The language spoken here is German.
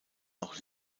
noch